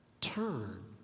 turn